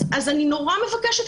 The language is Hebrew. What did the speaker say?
אני מאוד מבקשת,